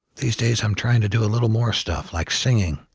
these days i'm trying to do a little more stuff like singing,